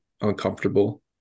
uncomfortable